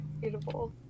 beautiful